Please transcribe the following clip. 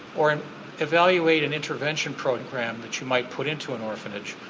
or evaluate an intervention program that you might put into an orphanage,